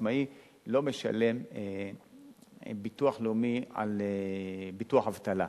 עצמאי לא משלם ביטוח לאומי על ביטוח אבטלה,